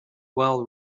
well